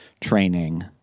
training